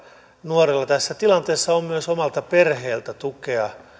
nuorella tässä tilanteessa on myös omalta perheeltä tukea